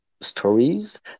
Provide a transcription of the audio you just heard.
stories